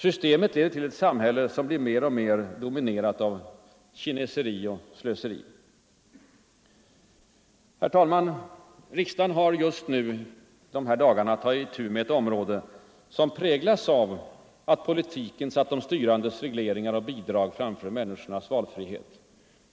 Systemet leder till ett samhälle som blir mer och mer dominerat av kineseri och slöseri. Herr talman! Riksdagen har i dessa dagar att ta itu med ett område som just präglas av att politiken satt de styrandes regleringar och bidrag framför människornas valfrihet.